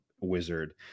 wizard